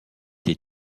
les